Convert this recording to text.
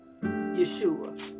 Yeshua